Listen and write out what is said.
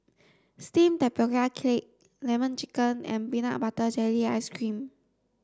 steamed tapioca cake lemon chicken and peanut butter jelly ice cream